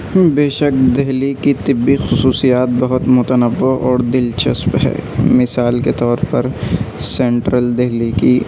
بے شک دہلی کی طبعی خصوصیات بہت متنوع اور دلچسپ ہے مثال کے طور پر سنٹرل دہلی کی